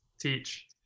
Teach